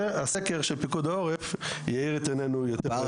הסקר של פיקוד העורף יאיר את עינינו יותר.